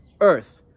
Earth